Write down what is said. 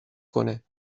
کنهبریم